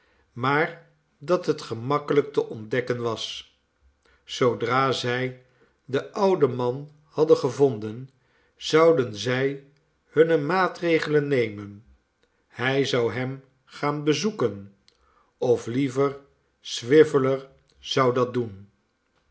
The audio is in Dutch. maar dat het gemakkelijk te ontdekken was zoodra zij den ouden man hadden gevonden zouden zij hunne maatregelen nemen hij zou hem gaan bezoeken of liever swiveller zou dat doen